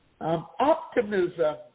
optimism